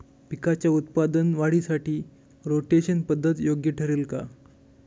पिकाच्या उत्पादन वाढीसाठी रोटेशन पद्धत योग्य ठरेल का?